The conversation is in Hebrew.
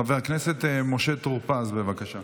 הכנסת משה טור פז, בבקשה.